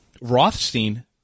Rothstein